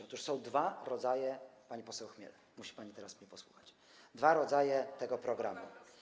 Otóż są dwa rodzaje - pani poseł Chmiel, musi pani teraz mnie posłuchać - dwie części tego programu.